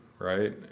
Right